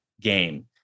Game